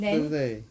对不对